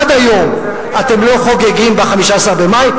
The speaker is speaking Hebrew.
עד היום אתם לא חוגגים ב-15 במאי,